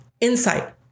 insight